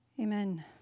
Amen